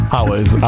Hours